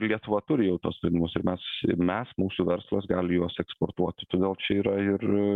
lietuva turi jau tuos sprendimus ir mes mes mūsų verslas gali juos eksportuoti todėl čia yra ir